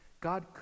God